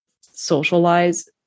socialize